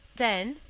then,